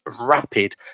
rapid